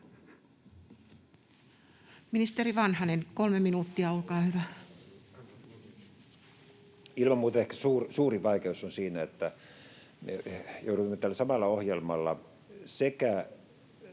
Ministeri Vanhanen, 3 minuuttia, olkaa hyvä. Arvoisa puhemies! Ilman muuta ehkä suurin vaikeus on siinä, että me jouduimme tällä samalla ohjelmalla tämän